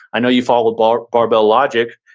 i know you follow barbell barbell logic.